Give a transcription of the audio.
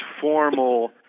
formal